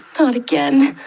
again.